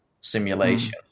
simulation